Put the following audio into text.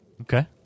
Okay